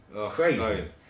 crazy